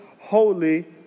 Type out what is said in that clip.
holy